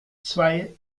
zwei